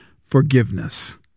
forgiveness